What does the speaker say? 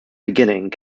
beginning